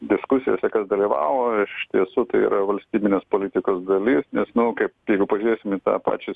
diskusijose dalyvavo iš tiesų yra valstybinės politikos dalis nes nu kaip jeigu pažiūrėsim į pačią